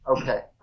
Okay